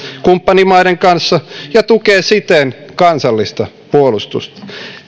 kumppanimaiden kanssa ja tukee siten kansallista puolustusta